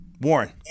warren